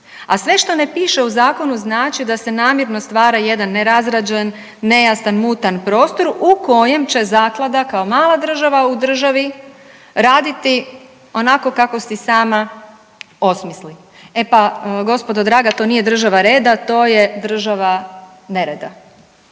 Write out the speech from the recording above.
A sve što ne piše u zakonu znači da se namjerno stvara jedan nerazrađen, nejasan, mutan prostor u kojem će zaklada kao mala država u državi raditi onako kako si sama osmisli. E pa gospodo draga to nije država reda, to je država nereda.